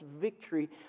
victory